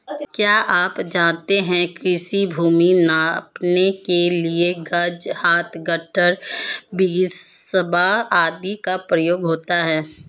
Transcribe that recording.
क्या आप जानते है कृषि भूमि नापने के लिए गज, हाथ, गट्ठा, बिस्बा आदि का प्रयोग होता है?